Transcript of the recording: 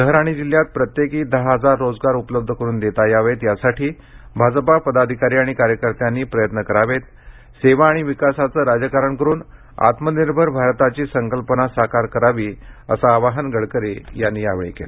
शहर आणि जिल्ह्यात प्रत्येकी दहा हजार रोजगार उपलब्ध करून देता यावेत यासाठी आजप पदाधिकारी आणि कार्यकर्त्यांनी प्रयत्न करावेत सेवा आणि विकासाचं राजकारण करून आत्मनिर्भर भारताची संकल्पना साकार करावी असं आवाहन गडकरी यांनी यावेळी केलं